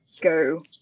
go